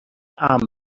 امن